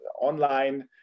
online